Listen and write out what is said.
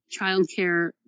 childcare